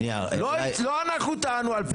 לא אנחנו טענו על פערים.